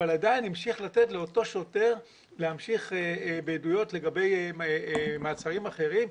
אבל עדיין המשיך לתת לאותו שוטר להמשיך בעדויות לגבי מעצרים אחרים,